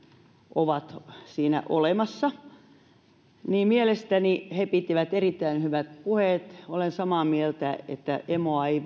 ovat siinä olemassa mielestäni he pitivät erittäin hyvät puheet olen samaa mieltä että emoa ei